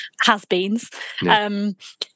has-beens